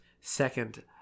second